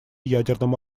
ядерным